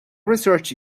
research